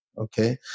Okay